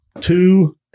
Two